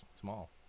small